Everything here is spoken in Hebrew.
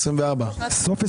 כדי